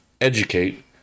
educate